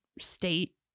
state